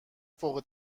فوق